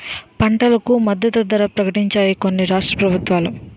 పంటలకు మద్దతు ధర ప్రకటించాయి కొన్ని రాష్ట్ర ప్రభుత్వాలు